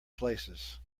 places